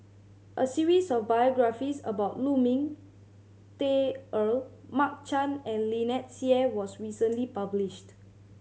a series of biographies about Lu Ming Teh Earl Mark Chan and Lynnette Seah was recently published